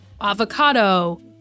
avocado